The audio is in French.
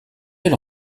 elle